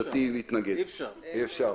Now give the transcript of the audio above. אי אפשר.